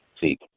See